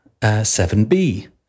7B